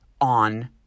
on